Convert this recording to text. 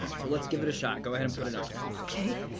so let's give it a shot. go ahead and put it on. okay.